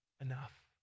enough